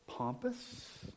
pompous